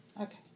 Okay